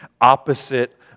opposite